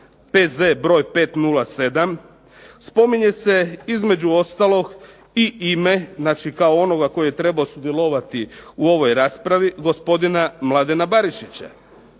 P.Z. broj 507. spominje se između ostalog i ime, znači kao onoga koji je trebao sudjelovati u ovoj raspravi, gospodina Mladena BArišića.